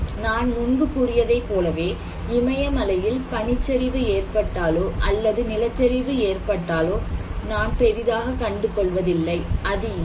நான் முன்பு கூறியதைப் போலவே இமயமலையில் பனிச்சரிவு ஏற்பட்டாலோ அல்லது நிலச்சரிவு ஏற்பட்டாலோ நான் பெரிதாக கண்டுகொள்வதில்லை அது ஏன்